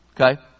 okay